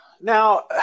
Now